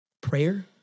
Prayer